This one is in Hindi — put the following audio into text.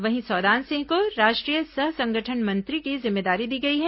वहीं सौदान सिंह को राष्ट्रीय सह संगठन मंत्री की जिम्मेदारी दी गई है